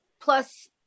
Plus